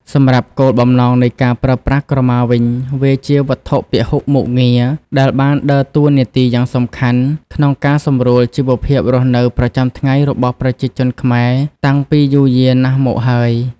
សម្រាប់់គោលបំណងនៃការប្រើប្រាស់ក្រមាវិញ វាជាវត្ថុពហុមុខងារដែលបានដើរតួនាទីយ៉ាងសំខាន់ក្នុងការសម្រួលជីវភាពរស់នៅប្រចាំថ្ងៃរបស់ប្រជាជនខ្មែរតាំងពីយូរយារណាស់មកហើយ។